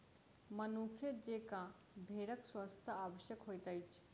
मनुखे जेंका भेड़क स्वच्छता आवश्यक होइत अछि